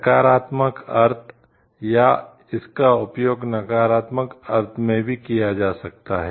सकारात्मक अर्थ या इसका उपयोग नकारात्मक अर्थ में भी किया जा सकता है